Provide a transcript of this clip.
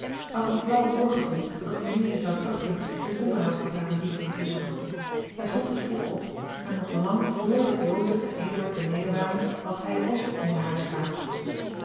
had een flaauw voorgevoel dat louise zou trachten een onderhoud met haren lieveling te zoeken hij stond dus vroeg op en nog lang vr dat joseph en eduard beneden waren was hij ook in de huiskamer